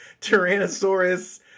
tyrannosaurus